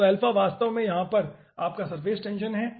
तो अल्फा वास्तव में यहाँ पर आपका सरफेस टेंशन है